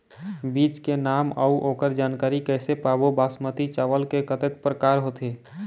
बीज के नाम अऊ ओकर जानकारी कैसे पाबो बासमती चावल के कतेक प्रकार होथे?